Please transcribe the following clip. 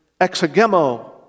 exegemo